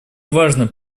важно